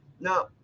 No